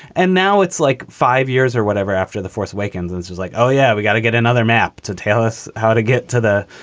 and now it's like five years or whatever. after the force awakens, and this was like, oh, yeah, we got to get another map to tell us how to get to the